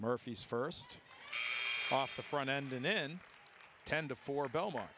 murphy's first off the front end and in ten to four belmo